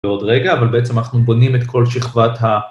ועוד רגע, אבל בעצם אנחנו בונים את כל שכבת ה...